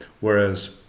Whereas